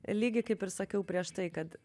lygiai kaip ir sakiau prieš tai kad